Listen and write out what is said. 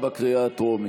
בקריאה הטרומית.